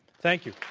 thank you.